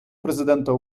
президента